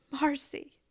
Marcy